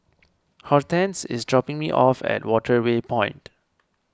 Hortense is dropping me off at Waterway Point